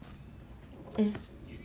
mm